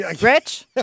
Rich